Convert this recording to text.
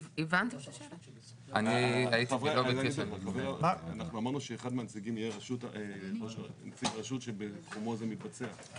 אנחנו אמרנו שאחד מהנציגים יהיה נציג רשות שבמקומו זה מתבצע,